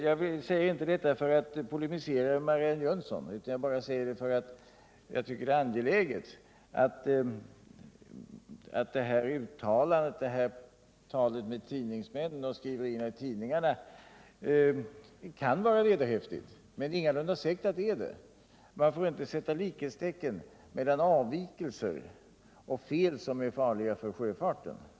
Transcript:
Jag säger inte detta för att polemisera mot Marianne Jönsson, utan därför att jag tycker att det är angeläget att konstatera att skriverierna i tidningarna kan vara vederhäftiga, men att det ingalunda är säkert att de är det. Man får inte sätta likhetstecken mellan avvikelser och fel som är farliga för sjöfarten.